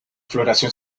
floración